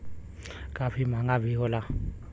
काफी महंगा भी होला